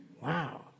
Wow